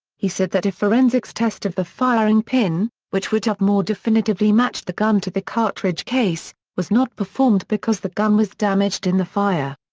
he said that a forensics test of the firing pin, which would have more definitively matched the gun to the cartridge case, was not performed because the gun was damaged in the fire.